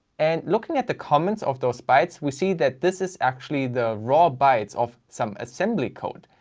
and looking at the comments of those bytes, we see that this is actually the raw bytes of some assembly code.